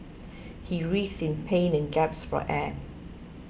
he writhed in pain and gasped for air